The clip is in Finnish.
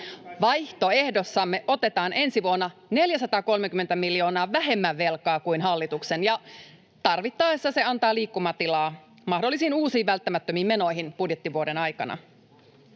Vaihtoehdossamme otetaan ensi vuonna 430 miljoonaa vähemmän velkaa kuin hallituksen. Tarvittaessa se antaa liikkumatilaa mahdollisiin uusiin välttämättömiin menoihin budjettivuoden aikana.